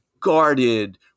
guarded